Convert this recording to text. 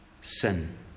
sin